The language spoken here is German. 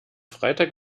freitag